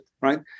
right